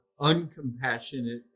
uncompassionate